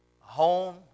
home